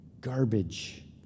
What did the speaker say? garbage